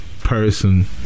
person